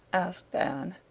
asked anne.